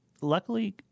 luckily